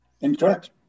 Incorrect